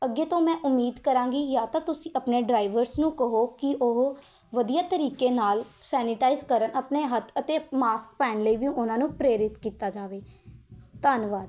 ਅੱਗੇ ਤੋਂ ਮੈਂ ਉਮੀਦ ਕਰਾਂਗੀ ਜਾਂ ਤਾਂ ਤੁਸੀਂ ਆਪਣੇ ਡਰਾਈਵਰਸ ਨੂੰ ਕਹੋ ਕਿ ਉਹ ਵਧੀਆ ਤਰੀਕੇ ਨਾਲ਼ ਸੈਨੀਟਾਈਜ਼ ਕਰਨ ਆਪਣੇ ਹੱਥ ਅਤੇ ਮਾਸਕ ਪਾਉਣ ਲਈ ਵੀ ਉਹਨਾਂ ਨੂੰ ਪ੍ਰੇਰਿਤ ਕੀਤਾ ਜਾਵੇ ਧੰਨਵਾਦ